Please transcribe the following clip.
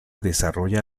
desarrolla